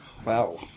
Wow